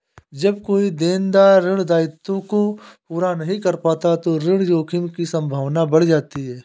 जब कोई देनदार ऋण दायित्वों को पूरा नहीं कर पाता तो ऋण जोखिम की संभावना बढ़ जाती है